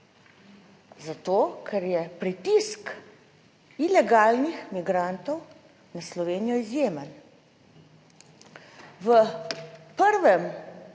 Zato, ker je pritisk ilegalnih migrantov na Slovenijo izjemen. **142.